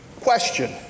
Question